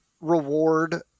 reward